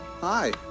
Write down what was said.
Hi